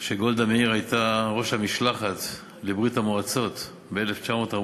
שגולדה מאיר הייתה ראש המשלחת לברית-המועצות ב-1949.